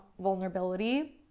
vulnerability